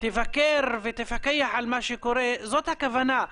תבקר ותפקח על מה שקורה, זאת הכוונה.